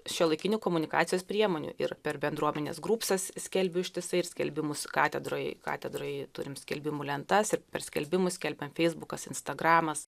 šiuolaikinių komunikacijos priemonių ir per bendruomenės grupsas skelbiu ištisai ir skelbimus katedroj katedroj turim skelbimų lentas ir per skelbimus skelbiam feisbukas instagramas